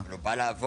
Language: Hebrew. הוא בא לעבוד.